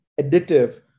additive